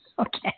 Okay